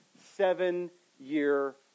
seven-year